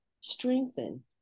strengthen